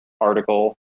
article